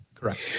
Correct